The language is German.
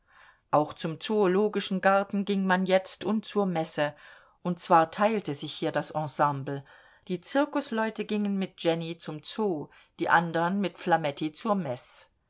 auch zum zoologischen garten ging man jetzt und zur messe und zwar teilte sich hier das ensemble die zirkusleute gingen mit jenny zum zoo die andern mit flametti zur meß